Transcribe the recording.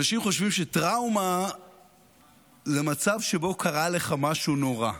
אנשים חושבים שטראומה זה מצב שבו קרה לך משהו נורא.